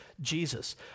Jesus